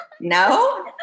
No